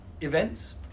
events